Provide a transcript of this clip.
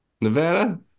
Nevada